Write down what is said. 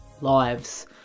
lives